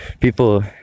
people